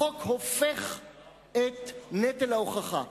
החוק הופך את נטל ההוכחה.